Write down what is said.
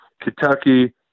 Kentucky